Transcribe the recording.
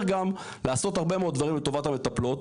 גם לעשות הרבה מאוד דברים לטובת המטפלות.